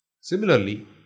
Similarly